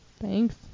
Thanks